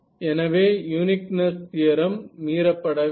எனவே uniqueness theorem மீறப்படவில்லை